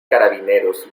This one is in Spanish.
carabineros